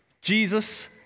Jesus